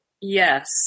yes